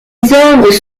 œuvres